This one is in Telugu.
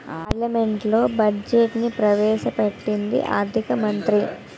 పార్లమెంట్లో బడ్జెట్ను ప్రవేశ పెట్టేది ఆర్థిక మంత్రి